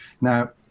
Now